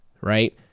right